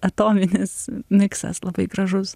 atominis miksas labai gražus